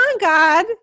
God